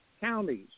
counties